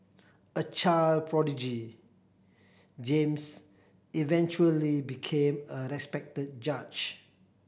a child prodigy James eventually became a respected judge